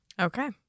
Okay